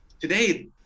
Today